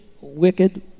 wicked